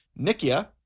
Nikia